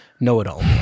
know-it-all